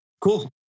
Cool